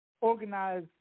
organize